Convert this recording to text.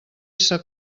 essa